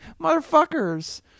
motherfuckers